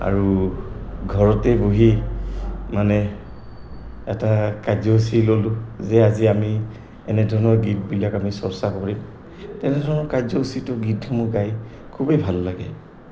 আৰু ঘৰতে বহি মানে এটা কাৰ্যসূচী ল'লোঁ যে আজি আমি এনেধৰণৰ গীতবিলাক আমি চৰ্চা কৰিম তেনেধৰণৰ কাৰ্যসূচীটো গীতসমূহ গাই খুবেই ভাল লাগে